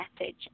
message